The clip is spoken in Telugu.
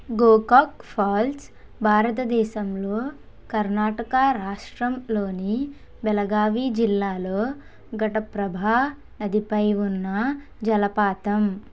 గోకాక్ ఫాల్స్ భారతదేశంలో కర్ణాటక రాష్ట్రంలోని బెళగావి జిల్లాలో ఘటప్రభా నదిపై ఉన్న జలపాతం